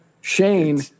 Shane